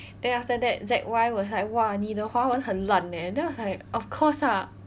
then after that Z_Y was like !wah! 你的华文很烂 eh then I was like of course ah